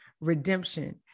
redemption